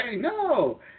no